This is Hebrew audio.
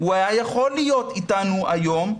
הוא היה יכול להיות איתנו היום.